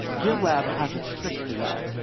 gitlab has a trick for that.